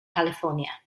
california